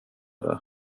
det